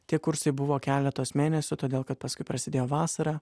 tie kursai buvo keletos mėnesių todėl kad paskui prasidėjo vasara